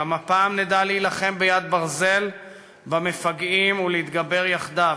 גם הפעם נדע להילחם ביד ברזל במפגעים ולהתגבר יחדיו.